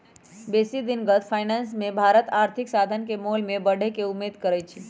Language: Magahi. बेशी दिनगत फाइनेंस मे भारत आर्थिक साधन के मोल में बढ़े के उम्मेद करइ छइ